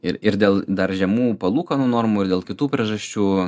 ir ir dėl dar žemų palūkanų normų ir dėl kitų priežasčių